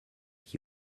qui